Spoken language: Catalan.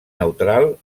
neutral